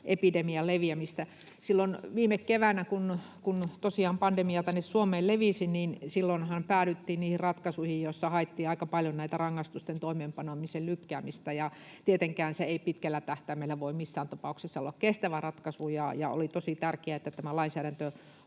epidemian leviämistä. Silloin viime keväänähän, kun tosiaan pandemia tänne Suomeen levisi, päädyttiin niihin ratkaisuihin, joissa haettiin aika paljon näitä rangaistusten toimeenpanemisen lykkäämisiä. Tietenkään se ei pitkällä tähtäimellä voi missään tapauksessa olla kestävä ratkaisu, ja oli tosi tärkeää, että tämä lainsäädäntö